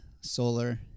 solar